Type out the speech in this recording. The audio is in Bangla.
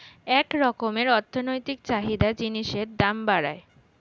এক রকমের অর্থনৈতিক চাহিদা জিনিসের দাম বাড়ায়